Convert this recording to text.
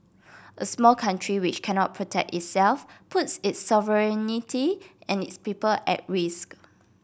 a small country which cannot protect itself puts its sovereignty and its people at risk